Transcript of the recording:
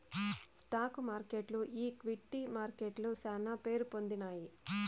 stock మార్కెట్లు equity మార్కెట్లు శానా పేరుపొందినాయి